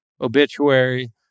obituary